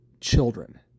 children